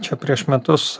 čia prieš metus